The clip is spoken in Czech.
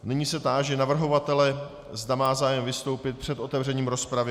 Nyní se táži navrhovatele, zda má zájem vystoupit před otevřením rozpravy.